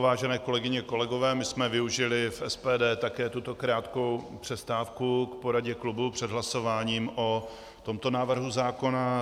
Vážené kolegyně a kolegové, využili jsme v SPD také tuto krátkou přestávku k poradě klubu před hlasováním o tomto návrhu zákona.